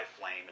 Flame